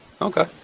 Okay